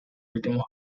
últimos